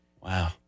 Wow